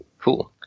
cool